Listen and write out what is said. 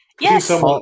Yes